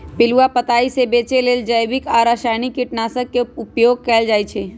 पिलुआ पताइ से बचे लेल जैविक आ रसायनिक कीटनाशक के उपयोग कएल जाइ छै